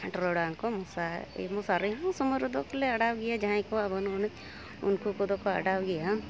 ᱴᱚᱨᱚᱰᱟᱝ ᱠᱚ ᱢᱚᱥᱟᱨᱤ ᱢᱚᱥᱟᱨᱤ ᱦᱚᱸ ᱥᱩᱢᱟᱹᱭ ᱨᱮᱫᱚ ᱞᱮ ᱟᱰᱟᱣ ᱜᱮᱭᱟ ᱡᱟᱦᱟᱭ ᱠᱚᱣᱟᱜ ᱵᱟᱱᱩᱜ ᱟᱹᱱᱤᱡ ᱩᱱᱠᱩ ᱠᱚᱫᱚ ᱠᱚ ᱚᱰᱟᱣ ᱜᱮᱭᱟ